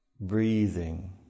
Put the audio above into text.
breathing